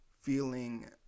feeling